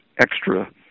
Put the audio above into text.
extra